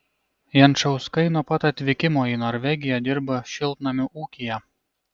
jančauskai nuo pat atvykimo į norvegiją dirba šiltnamių ūkyje